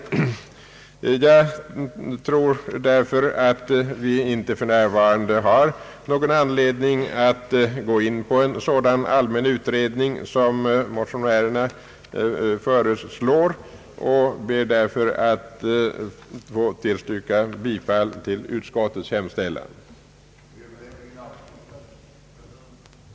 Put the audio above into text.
Jag tror därför att vi för närvarande inte har någon anledning att gå in på en sådan allmän utredning som motionärerna föreslår och ber följaktligen att få yrka bifall till utskottets hemställan. b) uttala, att vid utmätande av straff för narkotikabrott någon åtskillnad ej borde göras med avseende på skilda slag av narkotiska preparat.